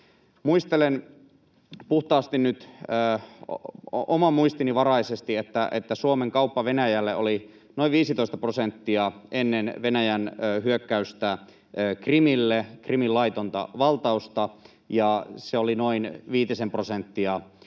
Muistelen, puhtaasti nyt oman muistini varaisesti, että Suomen kauppa Venäjälle oli noin 15 prosenttia ennen Venäjän hyökkäystä Krimille, ennen Krimin laitonta valtausta, ja se oli noin viitisen prosenttia nyt